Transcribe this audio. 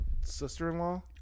sister-in-law